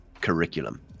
curriculum